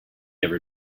ever